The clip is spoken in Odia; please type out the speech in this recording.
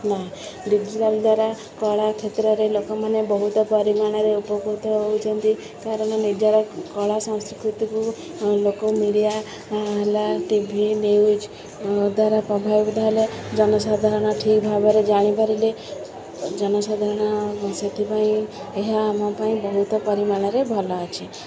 ନା ଡିଜିଟାଲ୍ ଦ୍ୱାରା କଳା କ୍ଷେତ୍ରରେ ଲୋକମାନେ ବହୁତ ପରିମାଣରେ ଉପକୃତ ହେଉଛନ୍ତି କାରଣ ନିଜର କଳା ସଂସ୍କୃତିକୁ ଲୋକ ମିଡ଼ିଆ ହେଲା ଟି ଭି ନ୍ୟୁଜ୍ ଦ୍ୱାରା ପ୍ରଭାବିତ ହେଲେ ଜନସାଧାରଣ ଠିକ୍ ଭାବରେ ଜାଣିପାରିଲେ ଜନସାଧାରଣ ସେଥିପାଇଁ ଏହା ଆମ ପାଇଁ ବହୁତ ପରିମାଣରେ ଭଲ ଅଛି